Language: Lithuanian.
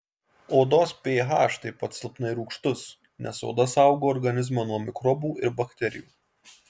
odos ph taip pat silpnai rūgštus nes oda saugo organizmą nuo mikrobų ir bakterijų